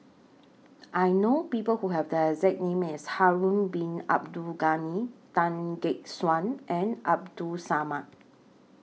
I know People Who Have The exact name as Harun Bin Abdul Ghani Tan Gek Suan and Abdul Samad